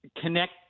connect